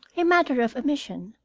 a matter of omission,